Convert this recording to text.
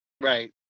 Right